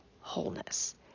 wholeness